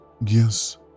yes